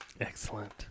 Excellent